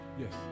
Yes